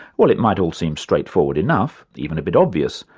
well, it might all seem straightforward enough, even a bit obvious,